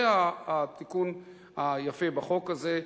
זה התיקון היפה בחוק הזה.